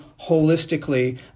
holistically